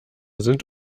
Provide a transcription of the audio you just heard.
sind